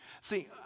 See